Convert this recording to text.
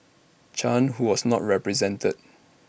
chan who was not represented